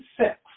six